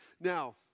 Now